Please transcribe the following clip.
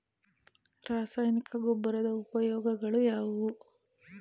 ರಾಸಾಯನಿಕ ಗೊಬ್ಬರದ ಉಪಯೋಗಗಳು ಯಾವುವು?